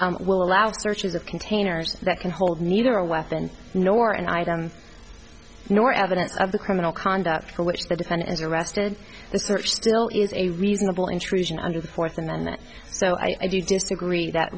it will allow searches of containers that can hold neither a weapon nor an item nor evidence of the criminal conduct for which the defendant is arrested the search still is a reasonable intrusion under the fourth amendment so i do disagree that